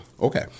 Okay